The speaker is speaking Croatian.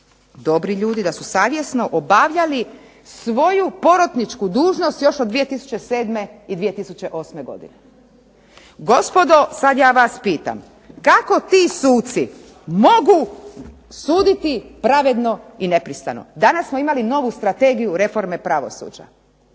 dobri ljudi, da su savjesno obavljali svoju porotničku dužnost još od 2007. i 2008. godine. Gospodo sad ja vas pitam, kako ti suci mogu suditi pravedno i nepristrano? Danas smo imali novu strategiju reforme pravosuđa,